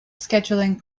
scheduling